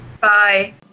Bye